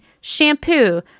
shampoo